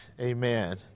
amen